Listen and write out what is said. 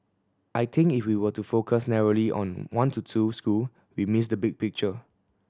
I think if we were to focus narrowly on one to two school we miss the big picture